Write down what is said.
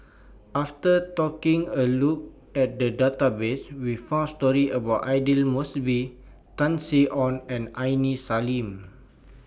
after talking A Look At The Database We found stories about Aidli Mosbit Tan Sin Aun and Aini Salim